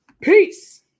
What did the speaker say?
Peace